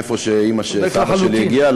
מאיפה שסבא שלי הגיע,